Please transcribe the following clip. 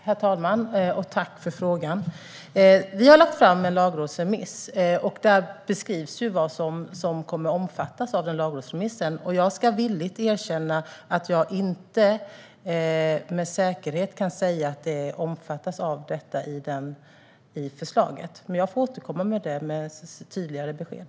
Herr talman! Jag tackar Cecilia Magnusson för frågan. Vi har lagt fram en lagrådsremiss, och där beskrivs vad som kommer att omfattas. Jag ska villigt erkänna att jag inte med säkerhet kan säga att detta omfattas i förslaget. Jag får återkomma med tydligare besked.